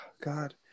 God